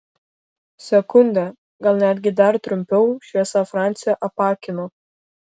sekundę gal netgi dar trumpiau šviesa francį apakino